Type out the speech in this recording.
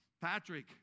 Patrick